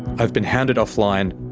i've been hounded offline,